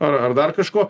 ar ar dar kažko